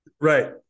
Right